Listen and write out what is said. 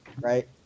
right